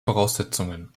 voraussetzungen